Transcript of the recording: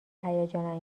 هیجان